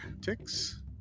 ticks